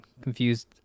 confused